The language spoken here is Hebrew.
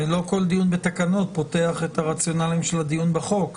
לא כל דיון בתקנות פותח את הרציונל של הדיון בחוק,